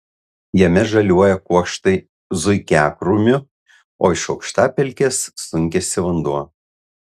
jame žaliuoja kuokštai zuikiakrūmių o iš aukštapelkės sunkiasi vanduo